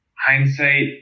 hindsight –